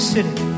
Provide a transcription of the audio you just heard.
City